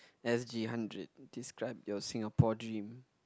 S_G hundred describe your Singapore dream